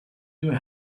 due